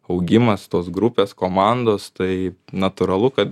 augimas tos grupės komandos tai natūralu kad